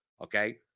Okay